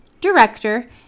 director